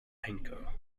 anchor